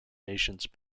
nations